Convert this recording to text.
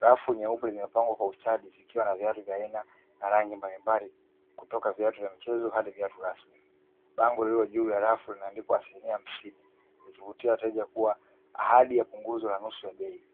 Rafu nyeupe zimepangwa kwa ustadi zikiwa na viatu vya aina na rangi mbalimbali, kutoka viatu vya mchezo hadi viatu rasmi. Bango lililo juu ya rafu limeandikwa asilimia 50, likivutia wateja kuwa, ahadi la punguzo ya nusu ya bei.